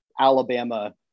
Alabama